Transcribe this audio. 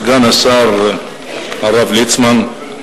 סגן השר הרב ליצמן,